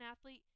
athlete